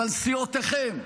אבל סיעותיכם.